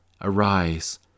Arise